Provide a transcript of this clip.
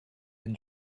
and